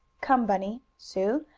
come, bunny sue,